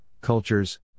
cultures